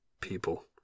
people